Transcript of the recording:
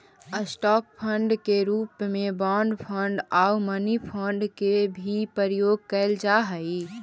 stock fund के रूप में बॉन्ड फंड आउ मनी फंड के भी प्रयोग कैल जा हई